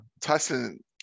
Tyson